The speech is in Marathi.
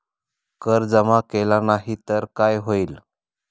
कर जमा केला नाही तर काय होईल?